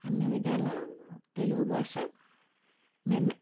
అన్ని విధాల తెలుగు భాష మిన్న